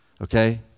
okay